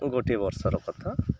ଗୋଟିଏ ବର୍ଷର କଥା